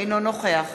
אינו נוכח